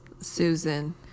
Susan